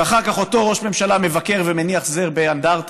ואחר כך אותו ראש ממשלה מבקר ומניח זר באנדרטה